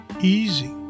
easy